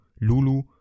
Lulu